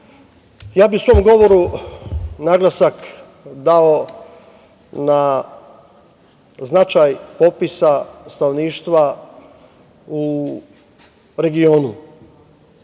bih u svom govoru naglasak dao na značaj popisa stanovništva u regionu.